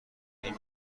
این